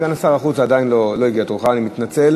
סגן שר החוץ, עדיין לא הגיע תורך, אני מתנצל.